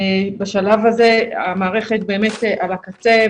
בשלב הזה, המערכת על הקצה.